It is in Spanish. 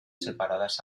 separadas